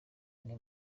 ine